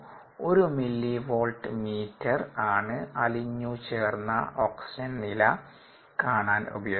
ഒരു millivolt meter ആണ് അലിഞ്ഞു ചേർന്ന ഓക്സിജൻ നില കാണാൻ ഉപയോഗിച്ചത്